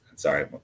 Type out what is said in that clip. Sorry